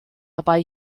dabei